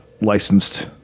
licensed